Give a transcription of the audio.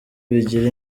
bigira